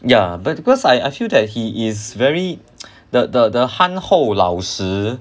ya but because I I feel that he is very the